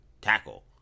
tackle